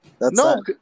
No